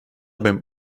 beim